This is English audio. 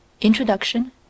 Introduction